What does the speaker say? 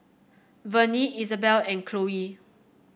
Vernie Isabelle and Chloie